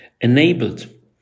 enabled